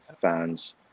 fans